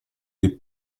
des